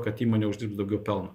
kad įmonė uždirbs daugiau pelno